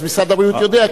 אז משרד הבריאות יודע.